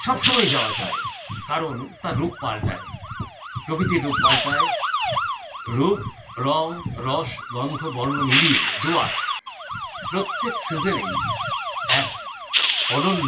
সব সময়ই যাওয়া যায় কারণ তার রূপ পাল্টায় প্রকৃতির রূপ পাল্টায় রূপ রং রস গন্ধ বর্ণ মিলিয়ে ডুয়ার্স প্রত্যেক সিজনেই এক অনন্য